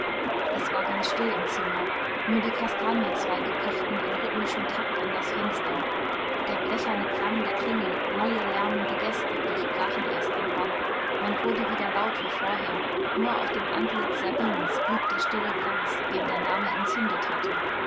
es war ganz still im zimmer nur die kastanienzweige pochten in rhythmischem takt an das fenster der blecherne klang der klingel neue lärmende gäste durchbrachen erst den bann man wurde wieder laut wie vorher nur auf dem antlitz sabinens blieb der stille glanz den der name entzündet hatte